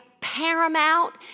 paramount